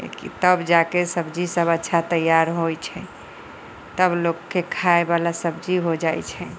तब जाके सब्जी सब अच्छा तैयार होइ छै तब लोक के खाय बला सब्जी हो जाइ छै